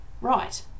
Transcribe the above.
right